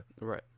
Right